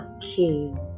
king